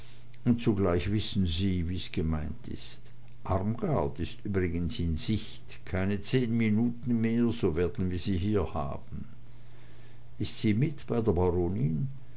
und zugleich wissen sie wie's gemeint ist armgard ist übrigens in sicht keine zehn minuten mehr so werden wir sie hier haben ist sie mit bei der baronin